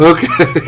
Okay